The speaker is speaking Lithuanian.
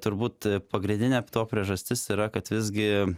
turbūt pagrindinė to priežastis yra kad visgi